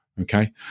Okay